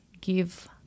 give